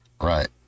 Right